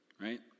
Right